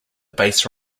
base